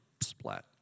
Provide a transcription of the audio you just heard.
Splat